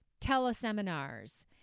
teleseminars